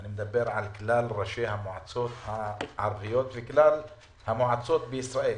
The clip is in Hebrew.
אני מדבר על כלל ראשי המועצות הערביות וכלל המועצות בישראל.